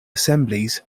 assemblies